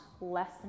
less